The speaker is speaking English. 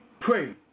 pray